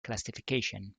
classification